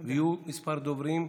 יהיו כמה דוברים,